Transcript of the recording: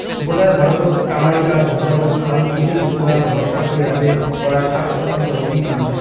গোটায় ভারতত কামাই কাজ হিসাবত হালকৃষির উপুরা ভরসা করি আছে পরায় ষাট শতাংশর অধিক মানষি